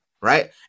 right